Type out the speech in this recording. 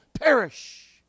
perish